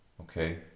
okay